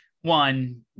One